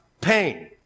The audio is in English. pain